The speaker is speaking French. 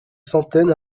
centaines